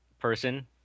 person